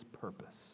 purpose